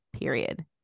Period